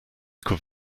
could